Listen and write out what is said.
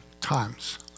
times